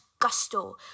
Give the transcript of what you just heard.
Gusto